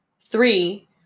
Three